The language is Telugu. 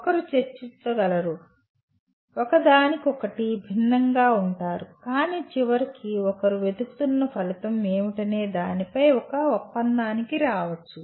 ఒకరు చర్చించగలరు ఒకదానికొకటి భిన్నంగా ఉంటారు కాని చివరికి ఒకరు వెతుకుతున్న ఫలితం ఏమిటనే దానిపై ఒక ఒప్పందానికి రావచ్చు